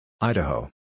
Idaho